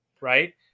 right